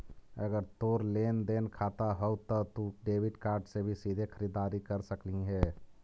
अगर तोर लेन देन खाता हउ त तू डेबिट कार्ड से भी सीधे खरीददारी कर सकलहिं हे